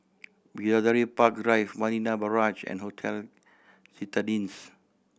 Bidadari Park Drive Marina Barrage and Hotel Citadines